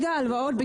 כרגע ההלוואות,